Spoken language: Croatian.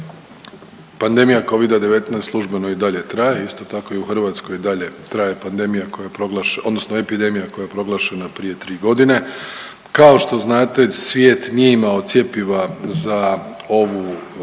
(HDZ)** Pandemija Covida-19 službeno i dalje traje. Isto tako i u Hrvatskoj i dalje traje pandemija koja je, odnosno epidemija koja je proglašena prije tri godine. Kao što znate svijet nije imao cjepiva za ovaj virus,